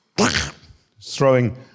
throwing